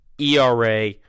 era